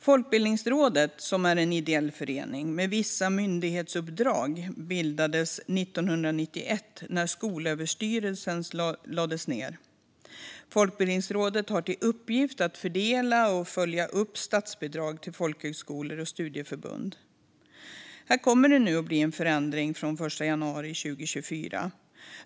Folkbildningsrådet, som är en ideell förening med vissa myndighetsuppdrag, bildades 1991 när Skolöverstyrelsen lades ner. Folkbildningsrådet har till uppgift att fördela och följa upp statsbidrag till folkhögskolor och studieförbund. Här kommer det att bli en förändring från och med den 1 januari 2024.